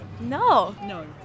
No